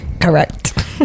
Correct